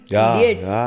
idiots